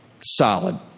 solid